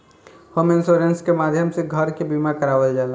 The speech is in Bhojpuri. होम इंश्योरेंस के माध्यम से घर के बीमा करावल जाला